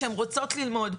שהן רוצות ללמוד,